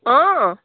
অঁ